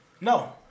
No